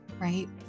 right